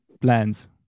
plans